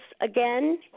again